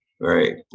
Right